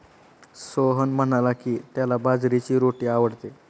सोहन म्हणाला की, त्याला बाजरीची रोटी आवडते